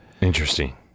interesting